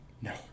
No